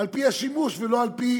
על-פי השימוש ולא על-פי